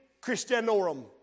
Christianorum